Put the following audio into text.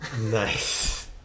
Nice